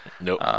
Nope